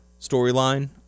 storyline